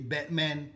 Batman